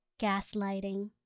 gaslighting